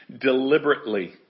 deliberately